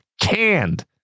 canned